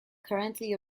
currently